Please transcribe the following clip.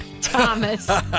Thomas